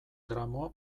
gramo